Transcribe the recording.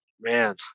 man